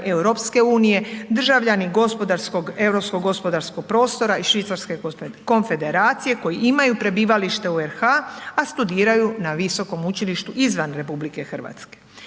državljani EU, državljani gospodarskog, europskog gospodarskog prostora i Švicarske konfederacije koji imaju prebivalište u RH, a studiraju na visokom učilištu izvan RH i konačno